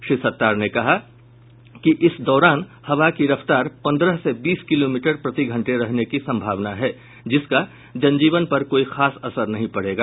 श्री सत्तार ने कहा कि इस दौरान हवा की रफ्तार पंद्रह से बीस किलोमीटर प्रतिघंटे रहने की संभावना है जिसका जन जीवन पर कोई खास असर नहीं पड़ेगा